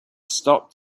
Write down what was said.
stopped